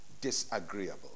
Disagreeable